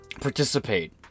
participate